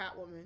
Catwoman